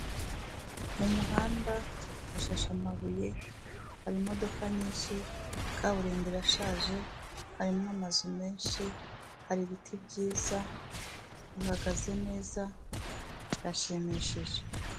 Mu muhanda hashashe amabuye, hari imodoka nyinshi, kaburimbo irashaje, harimo amazu menshi, hari ibiti byiza, bihagaze neza, birashimishije.